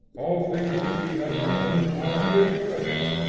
all things which we have known, are here present,